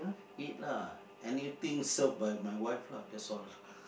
eat lah anything served by my wife lah that's all